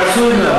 רצוי מאוד.